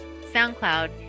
SoundCloud